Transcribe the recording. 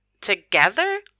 Together